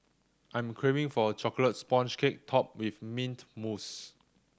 I am craving for a chocolate sponge cake topped with mint mousse